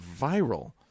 viral